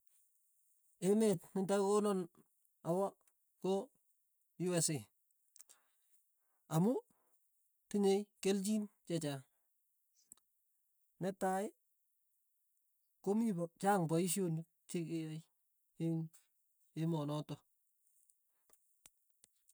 Emeet nentakikonan awa ko usa, amu tinyei kelchin chechang, netai komi chaang paishonik cheke eng' emonotok.